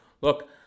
look